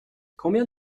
combien